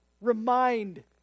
remind